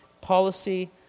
policy